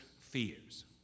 fears